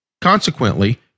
Consequently